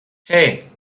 hey